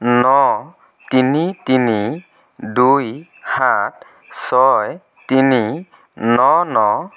ন তিনি তিনি দুই সাত ছয় তিনি ন ন